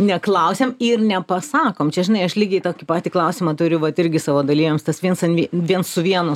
neklausiam ir nepasakom čia žinai aš lygiai tokį patį klausimą turiu vat irgi savo dalyviams tas viens an vien viens su vienu